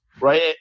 right